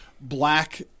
black